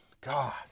God